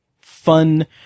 fun